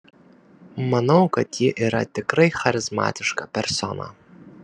manau kad ji yra tikrai charizmatiška persona